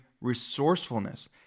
resourcefulness